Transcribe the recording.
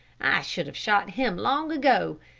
i should have shot him long ago.